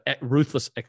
ruthless